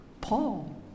Paul